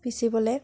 পিচিবলে